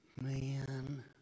Man